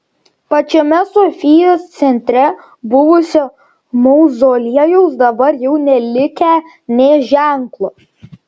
pačiame sofijos centre buvusio mauzoliejaus dabar jau nelikę nė ženklo